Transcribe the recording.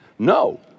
no